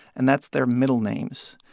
and that's their middle names.